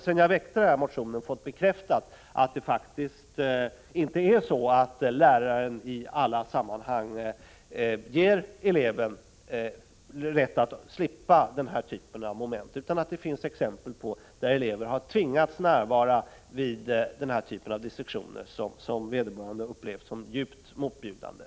Sedan jag väckte motionen har jag fått bekräftelse på att det faktiskt inte är så, att läraren i alla sammanhang ger eleven rätt att slippa den här typen av moment. Det finns fall då eleven har tvingats att närvara vid dissektioner som då av eleven upplevts som djupt motbjudande.